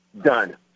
done